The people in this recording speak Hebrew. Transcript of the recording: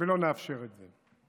ולא נאפשר את זה.